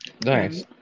nice